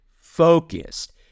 focused